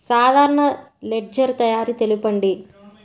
సాధారణ లెడ్జెర్ తయారి తెలుపండి?